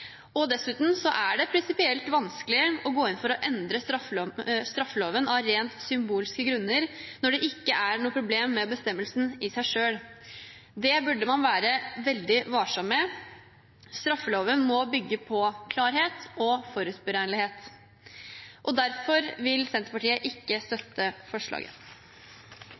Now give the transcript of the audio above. og dessuten er det prinsipielt vanskelig å gå inn for å endre straffeloven av rent symbolske grunner når det ikke er noe problem med bestemmelsen i seg selv. Det burde man være veldig varsom med. Straffeloven må bygge på klarhet og være forutsigbar. Derfor vil Senterpartiet ikke støtte forslaget.